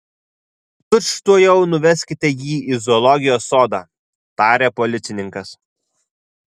tučtuojau nuveskite jį į zoologijos sodą tarė policininkas